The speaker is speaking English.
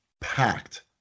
Packed